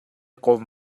kawm